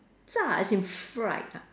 ya as in fried ah